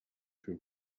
she